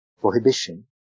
prohibition